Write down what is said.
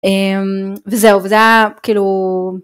וזהו וזה היה, כאילו.